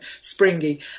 springy